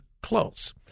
close